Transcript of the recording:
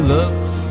looks